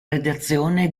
redazione